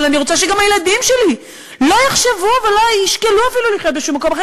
אבל אני רוצה שגם הילדים שלי לא יחשבו ולא ישקלו אפילו לחיות במקום אחר,